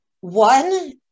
One